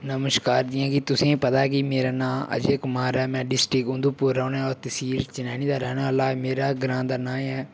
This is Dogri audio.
नमस्कार जि'यां कि तुसें ई पता ऐ कि मेरा नांऽ अजय कुमार ऐ में डिस्ट्रिक उधमपुर दा रौह्ने आह्ला आं तसील चनैनी दा रौह्ने आह्ला आं मेरा ग्रांऽ दा नांऽ ऐ